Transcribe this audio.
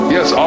Yes